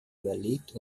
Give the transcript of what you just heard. überlebt